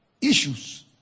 issues